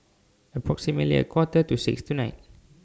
approximately A Quarter to six tonight